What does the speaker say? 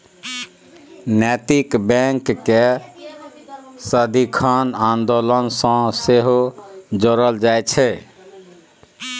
नैतिक बैंककेँ सदिखन आन्दोलन सँ सेहो जोड़ल जाइत छै